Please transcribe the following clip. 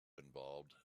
involved